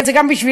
זה גם בשבילך,